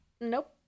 nope